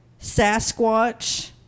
Sasquatch